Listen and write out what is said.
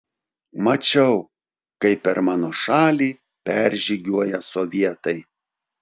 mačiau kaip per mano šalį peržygiuoja sovietai